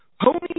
pony